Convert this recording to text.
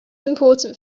important